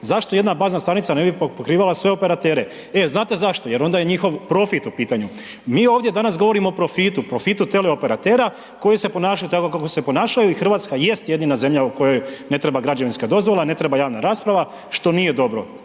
Zašto jedna bazna stanica ne bi pokrivala sve operatere? E znate zašto jer onda je njihov profit u pitanju. Mi ovdje danas govorimo o profitu, profitu teleoperatera koji se ponašaju tako kako se ponašaju i Hrvatska jest jedina zemlja u kojoj ne treba građevinska dozvola, ne treba javna rasprava, što nije dobro.